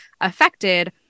affected